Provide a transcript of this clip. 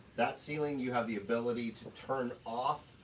that ceiling you have the ability to turn off,